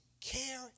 care